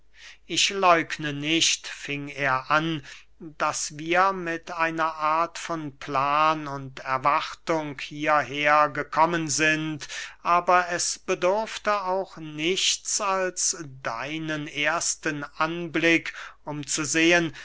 ich läugne nicht fing er an daß wir mit einer art von plan und erwartung hierher gekommen sind aber es bedurfte auch nichts als deinen ersten anblick um zu sehen